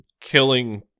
Killing